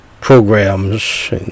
programs